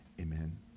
amen